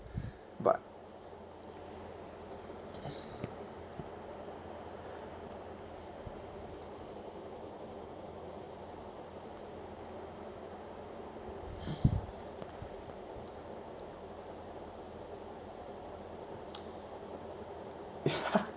what